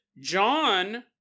John